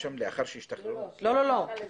לא, לא.